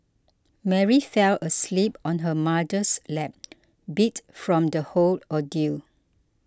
Mary fell asleep on her mother's lap beat from the whole ordeal